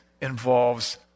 involves